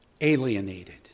alienated